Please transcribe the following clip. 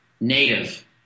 native